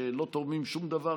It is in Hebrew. שלא תורמים שום דבר.